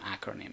acronym